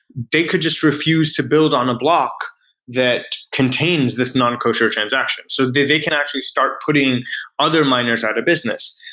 they could just refuse to build on a block that contains this non-kosher transaction. so they they can actually start putting other miners out of business.